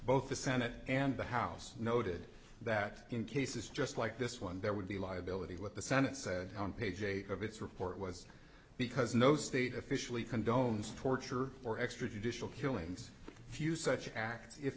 both the senate and the house noted that in cases just like this one there would be liability what the senate said on page eight of its report was because no state officially condones torture or extra judicial killings few such acts if